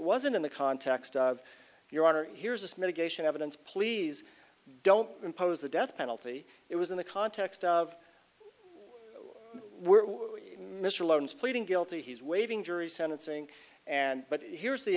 wasn't in the context of your honor here's this mitigation evidence please don't impose the death penalty it was in the context of michelin's pleading guilty he's waving jury sentencing and but here's the